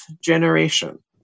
generation